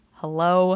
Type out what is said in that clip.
hello